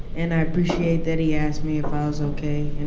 and i appreciate that he asked me if i was ok and